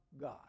God